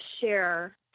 share